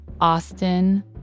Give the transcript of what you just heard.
Austin